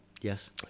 yes